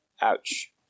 Ouch